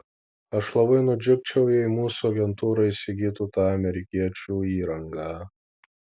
aš labai nudžiugčiau jei mūsų agentūra įsigytų tą amerikiečių įrangą